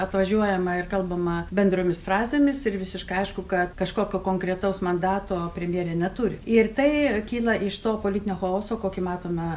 atvažiuojama ir kalbama bendromis frazėmis ir visiškai aišku kad kažkokio konkretaus mandato premjerė neturi ir tai kyla iš to politinio chaoso kokį matome